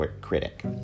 critic